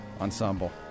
ensemble